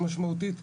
משמעותית,